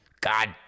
God